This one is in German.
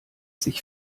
sich